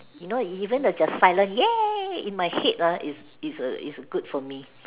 you know even a just silent yay in my head uh is is a is good for me